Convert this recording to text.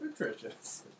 nutritious